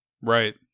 Right